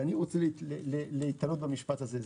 ואני רוצה להיתלות במשפט הזה.